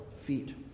feet